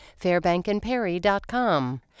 Fairbankandperry.com